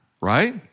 right